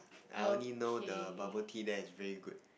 I only know the bubble tea there is very good